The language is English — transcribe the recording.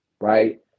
right